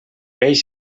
peix